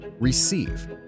Receive